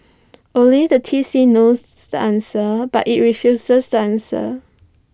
only the T C knows the answer but IT refuses to answer